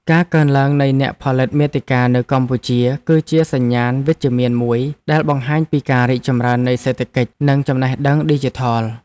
ការកើនឡើងនៃអ្នកផលិតមាតិកានៅកម្ពុជា គឺជាសញ្ញាណវិជ្ជមានមួយដែលបង្ហាញពីការរីកចម្រើននៃសេដ្ឋកិច្ច និងចំណេះដឹងឌីជីថល។